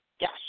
Yes